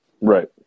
Right